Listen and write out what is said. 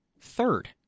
Third